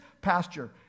pasture